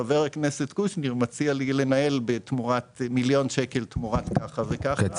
חבר הכנסת קושניר מציע לי לנהל מיליון שקל תמורת כך וכך.